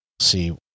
see